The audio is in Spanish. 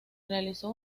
realizó